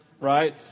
Right